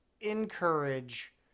encourage